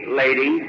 lady